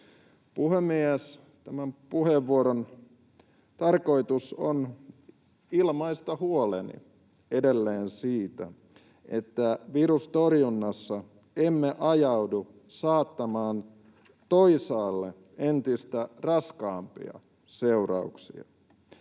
Tämän puheenvuoron tarkoitus on ilmaista huoleni edelleen siitä, että virustorjunnassa emme ajautuisi saattamaan toisaalle entistä raskaampia seurauksia.